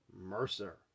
Mercer